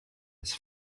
his